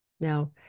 Now